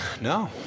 No